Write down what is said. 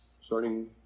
starting